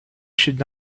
should